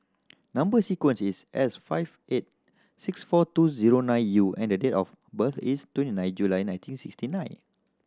number sequence is S five eight six four two zero nine U and date of birth is twenty nine July nineteen sixty nine